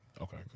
Okay